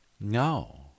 No